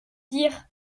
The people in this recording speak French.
dire